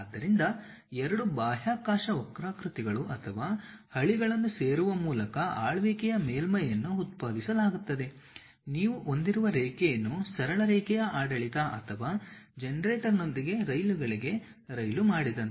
ಆದ್ದರಿಂದ ಎರಡು ಬಾಹ್ಯಾಕಾಶ ವಕ್ರಾಕೃತಿಗಳು ಅಥವಾ ಹಳಿಗಳನ್ನು ಸೇರುವ ಮೂಲಕ ಆಳ್ವಿಕೆಯ ಮೇಲ್ಮೈಯನ್ನು ಉತ್ಪಾದಿಸಲಾಗುತ್ತದೆ ನೀವು ಹೊಂದಿರುವ ರೇಖೆಯನ್ನು ಸರಳ ರೇಖೆಯ ಆಡಳಿತ ಅಥವಾ ಜನರೇಟರ್ನೊಂದಿಗೆ ರೈಲುಗಳಿಗೆ ರೈಲು ಮಾಡಿದಂತೆ